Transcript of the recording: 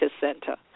Center